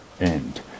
end